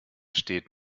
steht